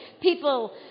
people